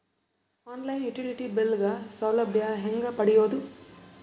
On line utility bill ಗ ಸೌಲಭ್ಯ ಹೇಂಗ ಪಡೆಯೋದು?